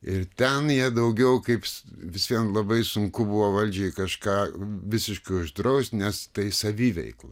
ir ten jie daugiau kaip vis vien labai sunku buvo valdžiai kažką visiškai uždrausti nes tai saviveikla